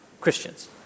Christians